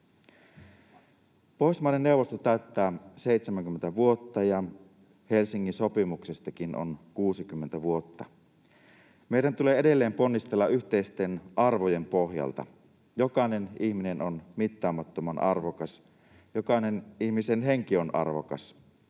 Pohjoismaiden neuvosto täyttää 70 vuotta, ja Helsingin sopimuksestakin on 60 vuotta. Meidän tulee edelleen ponnistella yhteisten arvojen pohjalta. Jokainen ihminen on mittaamattoman arvokas. Jokaisen ihmisen henki on arvokas.